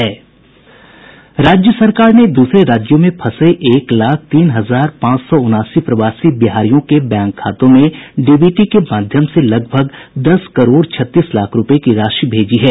राज्य सरकार ने दूसरे राज्यों में फंसे एक लाख तीन हजार पांच सौ उनासी प्रवासी बिहारियों के बैंक खातों में डीबीटी के माध्यम से लगभग दस करोड़ छत्तीस लाख रुपये की राशि भेजी है